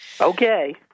Okay